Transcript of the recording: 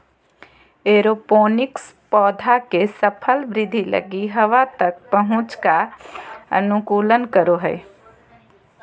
aeroponics पौधा के सफल वृद्धि लगी हवा तक पहुंच का अनुकूलन करो हइ